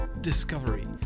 Discovery